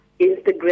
Instagram